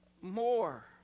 more